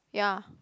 yeah